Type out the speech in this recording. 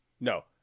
no